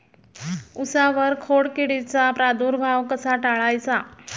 उसावर खोडकिडीचा प्रादुर्भाव कसा टाळायचा?